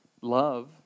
love